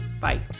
Bye